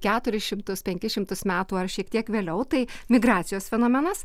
keturis šimtus penkis šimtus metų ar šiek tiek vėliau tai migracijos fenomenas